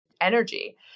energy